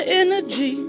energy